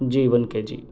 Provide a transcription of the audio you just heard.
جی one K جی